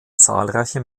zahlreiche